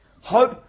Hope